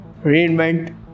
Reinvent